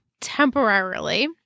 temporarily